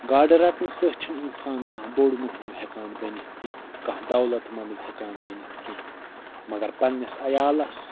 گاڈٕ رَٹہٕ سۭتۍ چھُنہٕ اِنسان کانٛہہ بوٚڈ موٚہنیوٗ ہٮ۪کان بٔنِتھ کیٚنٛہہ کانٛہہ دولت منٛد ہٮ۪کان بٔنِتھ کیٚنٛہہ مگر پنٛنِس عیالس